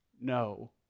no